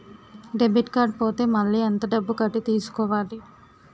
Debit card పోతే మళ్ళీ ఎంత డబ్బు కట్టి తీసుకోవాలి?